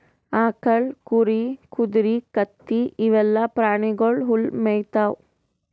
ಆಕಳ್, ಕುರಿ, ಕುದರಿ, ಕತ್ತಿ ಇವೆಲ್ಲಾ ಪ್ರಾಣಿಗೊಳ್ ಹುಲ್ಲ್ ಮೇಯ್ತಾವ್